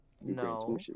No